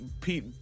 pete